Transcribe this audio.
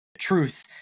truth